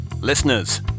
Listeners